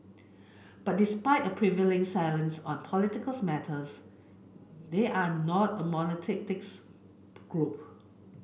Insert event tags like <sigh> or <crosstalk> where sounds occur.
but despite a prevailing silence on political matters they are not a <unintelligible> group